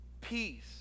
peace